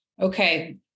Okay